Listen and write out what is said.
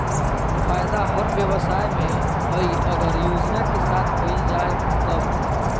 फायदा हर व्यवसाय में हइ अगर योजना के साथ कइल जाय तब